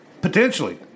potentially